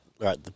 right